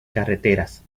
carreteras